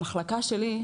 המחלקה שלי,